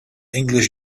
english